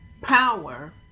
power